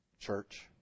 church